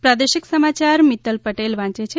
પ્રાદેશિક સમાચાર મિત્તલ પટેલ વાંચે છે